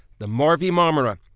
the mavi marmara.